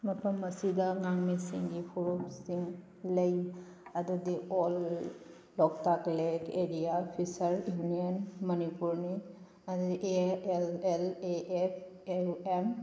ꯃꯐꯝ ꯑꯁꯤꯗ ꯉꯥꯃꯤꯁꯤꯡꯒꯤ ꯐꯨꯔꯨꯞꯁꯤꯡ ꯂꯩ ꯑꯗꯨꯗꯤ all Loktak lake area fisher union ꯃꯅꯤꯄꯨꯔꯅꯤ ꯑꯗꯨꯗꯤ A L L A F U M